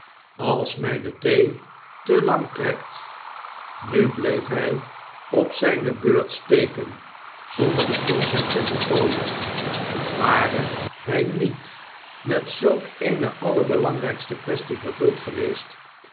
als myne thee te lang trekt nu bleef hy op zi ne beurt steken zonder den volzin te voltooien ware hij niet met zulk eene allerbelangrijkste quaestie vervuld geweest